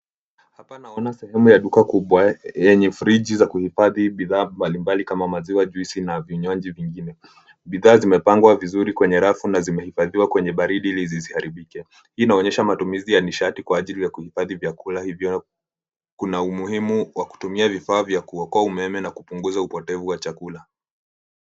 Hapa naona sehemu ya duka kubwa yenye friji za kuhifadhi bidhaa mbalimbali kama maziwa juisi na vinywaji vingine. Bidhaa zimepangwa vizuri kwenye rafu na zimehidhiwa kenye baridi ili zisiharibike. Hii inaonyesha matumizi ya nishati kwa ajili ya kuhifadhi vyakula hivyo, kuna umuhimu wa kutumia vifaa vya kuokoa umeme na kupunguza upotevu wa chakula.